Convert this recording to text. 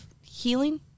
healing